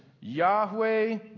Yahweh